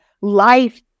life